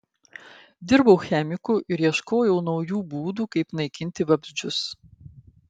dirbau chemiku ir ieškojau naujų būdų kaip naikinti vabzdžius